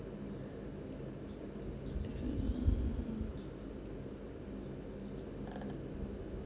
err